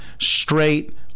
straight